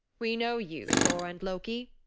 we know you, thor and loki,